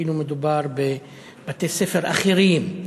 כאילו מדובר בבתי-ספר אחרים.